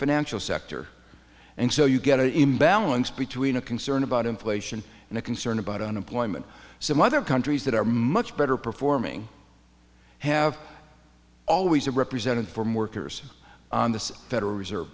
financial sector and so you get an imbalance between a concern about inflation and a concern about unemployment some other countries that are much better performing i have always represented from workers on the federal reserve